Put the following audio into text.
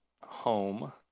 home